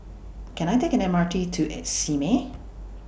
Can I Take M R T to Simei